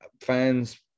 fans